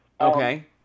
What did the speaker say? Okay